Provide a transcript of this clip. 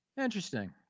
Interesting